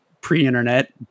pre-internet